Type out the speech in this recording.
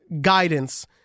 guidance